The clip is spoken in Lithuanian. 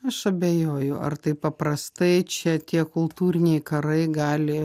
aš abejoju ar taip paprastai čia tie kultūriniai karai gali